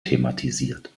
thematisiert